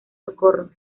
socorro